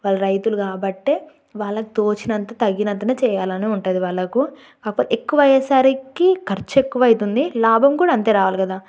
వాళ్ళు రైతులు కాబట్టే వాళ్ళకి తోచినంత తగినంతనే చెయ్యాలని ఉంటుంది వాళ్ళకు ఎక్కువ అయ్యేసరికి ఖర్చు ఎక్కువ అవుతుంది లాభం కూడా అంతే రావల్ల కదా